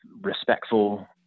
respectful